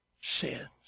sins